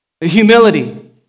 Humility